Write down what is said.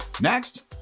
Next